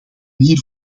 hier